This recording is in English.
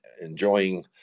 enjoying